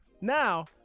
Now